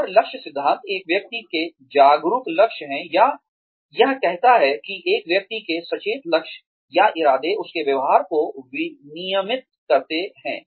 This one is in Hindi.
और लक्ष्य सिद्धांत एक व्यक्ति के जागरूक लक्ष्य हैं या यह कहता है कि एक व्यक्ति के सचेत लक्ष्य या इरादे उसके व्यवहार को विनियमित करते हैं